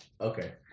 Okay